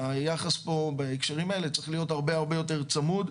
היחס פה בהקשרים האלה צריך להיות הרבה הרבה יותר צמוד,